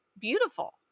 beautiful